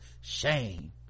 shame